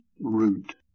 root